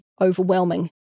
overwhelming